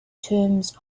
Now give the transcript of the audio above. terms